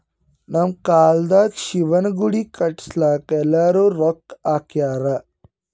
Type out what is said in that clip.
ನಮ್ ಕಾಲ್ದಾಗ ಶಿವನ ಗುಡಿ ಕಟುಸ್ಲಾಕ್ ಎಲ್ಲಾರೂ ರೊಕ್ಕಾ ಹಾಕ್ಯಾರ್